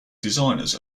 designers